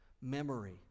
memory